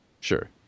Sure